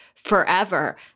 forever